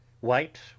white